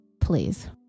Please